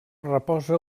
reposa